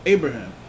Abraham